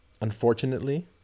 unfortunately